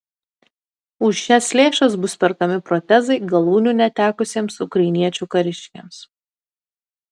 už šias lėšas bus perkami protezai galūnių netekusiems ukrainiečių kariškiams